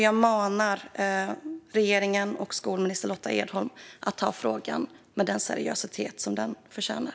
Jag manar regeringen och skolminister Lotta Edholm att ta frågan med den seriositet som den förtjänar.